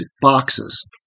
boxes